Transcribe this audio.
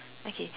okay